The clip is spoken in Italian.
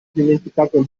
dimenticato